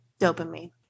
dopamine